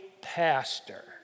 pastor